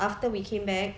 after we came back